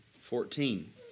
fourteen